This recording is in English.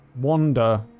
wander